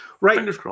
Right